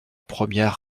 première